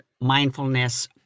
mindfulness